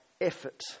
effort